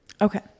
Okay